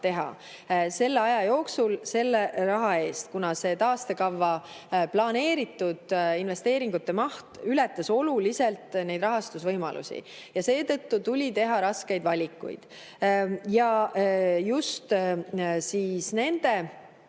teha selle aja jooksul selle raha eest, kuna taastekava planeeritud investeeringute maht ületas oluliselt rahastusvõimalusi. Seetõttu tuli teha raskeid valikuid. Just nende